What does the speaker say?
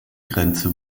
grenze